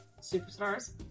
superstars